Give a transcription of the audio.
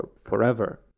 forever